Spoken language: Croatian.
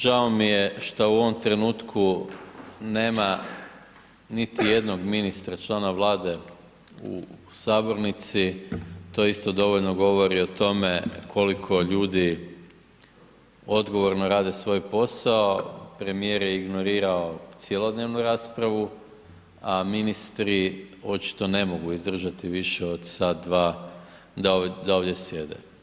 Žao mi je što u ovom trenutku nema niti jednog ministra, člana Vlade u sabornici, to isto dovoljno govori o tome koliko ljudi odgovorno rade svoj posao premijer je ignorirao cjelodnevnu raspravu, a ministri očito ne mogu izdržati više od sat, dva da ovdje sjede.